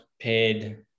paid